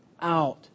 out